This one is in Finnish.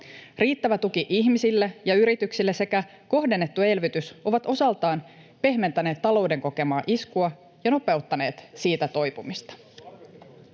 Riittävä tuki ihmisille ja yrityksille sekä kohdennettu elvytys ovat osaltaan pehmentäneet talouden kokemaa iskua ja nopeuttaneet siitä toipumista.